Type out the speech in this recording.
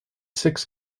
six